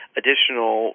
additional